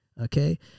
okay